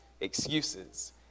excuses